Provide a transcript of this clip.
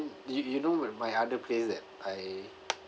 you you know when my other place that I